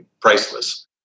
priceless